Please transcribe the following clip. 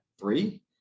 three